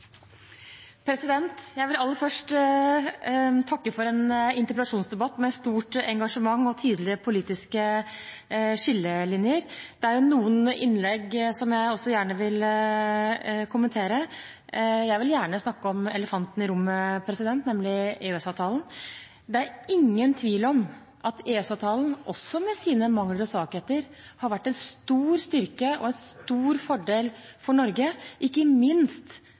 utviklingen. Jeg vil aller først takke for en interpellasjonsdebatt med stort engasjement og tydelige politiske skillelinjer. Det er noen innlegg som jeg gjerne vil kommentere. Jeg vil gjerne snakke om elefanten i rommet, nemlig EØS-avtalen. Det er ingen tvil om at EØS-avtalen, også med sine mangler og svakheter, har vært en stor styrke og en stor fordel for Norge, ikke minst